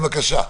בבקשה,